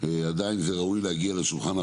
עדיין זה ראוי להגיע לשולחן הוועדה,